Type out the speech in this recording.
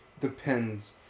Depends